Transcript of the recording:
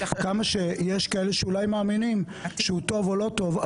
עד כמה שיש כאלה שאולי מאמינים שהוא טוב או לא טוב,